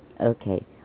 Okay